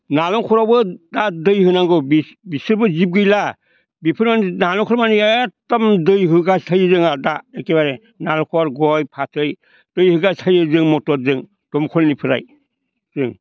नालेंखरावबो दा दै होनांगौ बिसोरबो जिब गैला बिफोर नालेंखरमानि एखदम दै होबायथायो जोंहा दा एखेबारे नालेंखर गय फाथै दै होबाय थायो जों मटरजों दंखलनिफ्राय जों